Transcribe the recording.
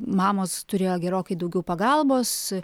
mamos turėjo gerokai daugiau pagalbos